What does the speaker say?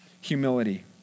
Humility